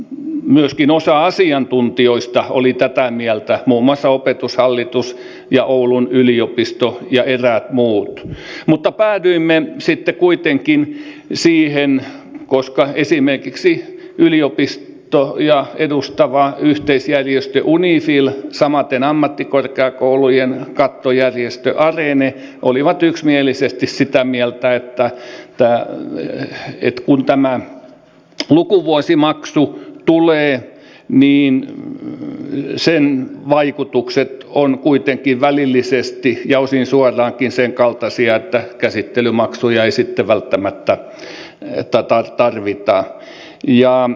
myöskin osa asiantuntijoista oli tätä mieltä muun muassa opetushallitus ja oulun yliopisto ja eräät muut mutta päädyimme sitten kuitenkin siihen koska esimerkiksi yliopistoja edustava yhteisjärjestö unifi ja samaten ammattikorkeakoulujen kattojärjestö arene olivat yksimielisesti sitä mieltä että kun tämä lukuvuosimaksu tulee niin sen vaikutukset ovat kuitenkin välillisesti ja osin suoraankin sen kaltaisia että käsittelymaksuja ei sitten välttämättä tarvita